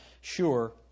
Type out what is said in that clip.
sure